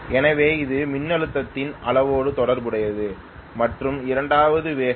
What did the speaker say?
எனவே இது மின்னழுத்தத்தின் அளவோடு தொடர்புடையது மற்றும் இரண்டாவது வேகம்